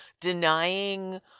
Denying